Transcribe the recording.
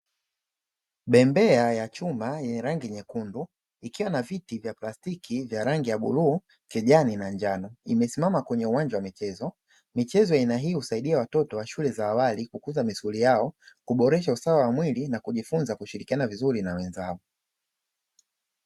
Bembea ya chuma yenye rangi nyekundu ikiwa na viti vya plastiki vya rangi ya bluu, kijani na njano, imesimama kwenye uwanja wa michezo. Michezo ya aina hii husaidia watoto wa shule za awali kukuzaa misuli yao, kuboresha usawa wa mwili na kujifunza kushirikiana vizuri na wenzao.